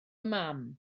mam